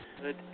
good